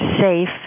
safe